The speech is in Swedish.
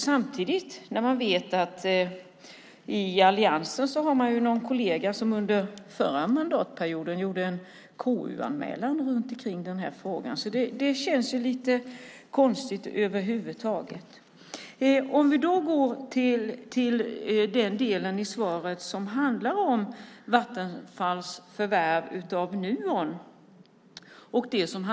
Samtidigt vet man att man i alliansen har någon kollega som under förra mandatperioden gjorde en KU-anmälan i den frågan. Det känns lite konstigt över huvud taget. Vi går till den delen i svaret som handlar om Vattenfalls förvärv av Nuon och elpriser.